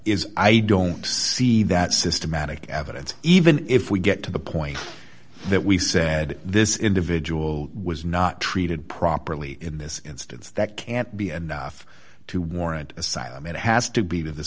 is i don't see that systematic evidence even if we get to the point that we said this individual was not treated properly in this instance that can't be enough to warrant asylum it has to be the